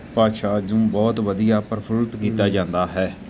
ਭਾਸ਼ਾ ਨੂੰ ਬਹੁਤ ਵਧੀਆ ਪ੍ਰਫੁਲਿੱਤ ਕੀਤਾ ਜਾਂਦਾ ਹੈ